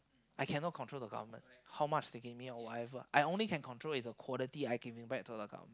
I cannot control the government how much they give me or whatever I only can control is quality I'm giving back to the government